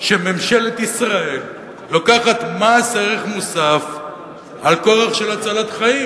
שממשלת ישראל לוקחת מס ערך מוסף על כורח של הצלת חיים,